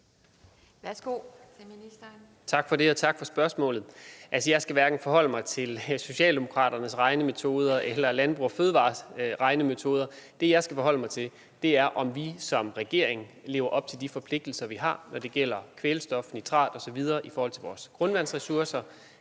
Larsen): Tak for det, og tak for spørgsmålet. Altså, jeg skal hverken forholde mig til Socialdemokraternes regnemetoder eller Landbrug & Fødevarers regnemetoder. Det, jeg skal forholde mig til, er, om vi som regering lever op til de forpligtelser, vi har, når det gælder kvælstof, nitrat osv. i forhold til vores grundvandsressourcer.